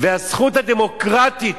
והזכות הדמוקרטית